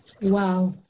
Wow